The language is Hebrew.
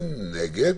מי נגד?